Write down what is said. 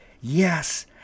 Yes